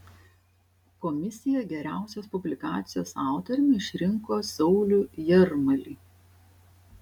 komisija geriausios publikacijos autoriumi išrinko saulių jarmalį